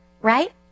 right